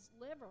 liver